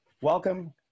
Welcome